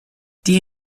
die